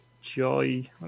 Joy